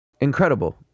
incredible